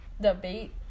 debate